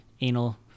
anal